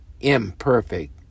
imperfect